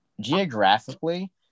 Geographically